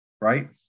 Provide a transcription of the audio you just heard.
right